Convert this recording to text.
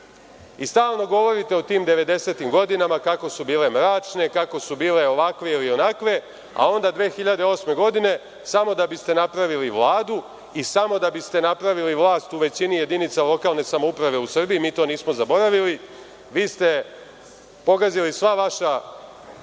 I stalno govorite o tim devedesetim godinama kako su bile mračne, kako su bile ovakve ili onakve, a onda 2008. godine, samo da biste napravili vladu i samo da biste napravili vlast u većini jedinica lokalne samouprave u Srbiji, mi to nismo zaboravili. Vi ste pogazili sve vaše